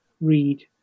read